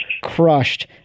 crushed